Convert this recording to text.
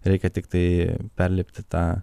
reikia tiktai perlipti tą